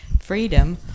freedom